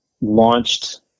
launched